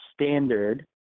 standard